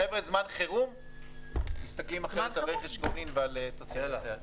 הוא אמר שבזמן חירום מסתכלים אחרת על רכש גומלין ועל תוצרת מקומית.